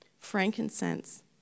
frankincense